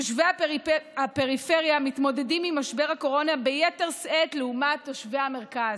תושבי הפריפריה מתמודדים עם משבר הקורונה ביתר שאת לעומת תושבי המרכז.